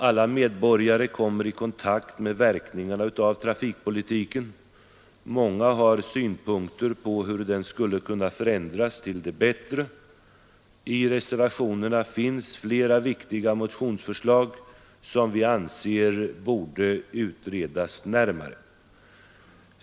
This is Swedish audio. Alla medborgare kommer i kontakt med verkningarna av trafikpolitiken, och många har synpunkter på hur den skulle kunna förändras till det bättre. I reservationerna finns flera viktiga motionsförslag som vi anser borde utredas närmare.